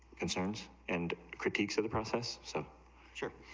concerns and cookie to the process so sure,